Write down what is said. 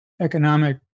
economic